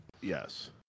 Yes